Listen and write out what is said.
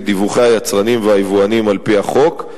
דיווחי היצרנים והיבואנים על-פי החוק,